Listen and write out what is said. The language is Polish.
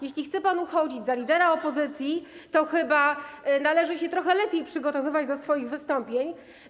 jeśli chce pan uchodzić za lidera opozycji, to chyba należy się trochę lepiej przygotowywać do swoich wystąpień.